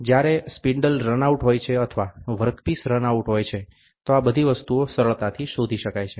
જ્યારે spindle run out હોય છે અથવા વર્કપીસ રન આઉટ હોય છે તો આ બધી વસ્તુઓ સરળતાથી શોધી શકાય છે